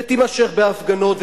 ותימשך בהפגנות,